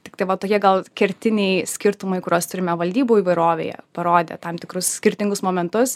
tiktai va tokie gal kertiniai skirtumai kuriuos turime valdybų įvairovėje parodė tam tikrus skirtingus momentus